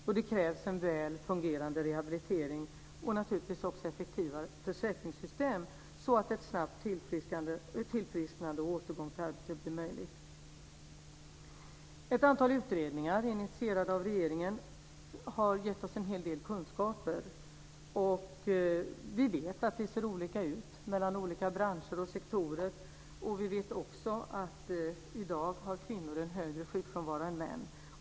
Och det krävs en väl fungerande rehabilitering och naturligtvis också effektiva försäkringssystem, så att ett snabbt tillfrisknande och en återgång till arbete blir möjligt. Ett antal utredningar initierade av regeringen har gett oss en hel del kunskaper. Och vi vet att det ser olika ut mellan olika branscher och sektorer. Vi vet också att kvinnor i dag har en högre sjukfrånvaro än män.